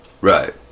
Right